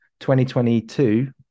2022